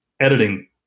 editing